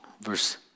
Verse